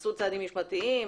נעשו צעדים משפטיים?